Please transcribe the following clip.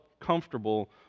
comfortable